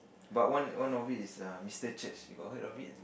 but one one of it is err Mister Church you got heard of it